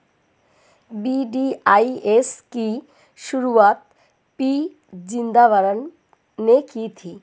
VDIS की शुरुआत P Chidambaram ने की थी